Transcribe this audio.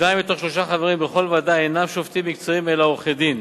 שניים מתוך שלושה חברים בכל ועדה אינם שופטים מקצועיים אלא עורכי-דין,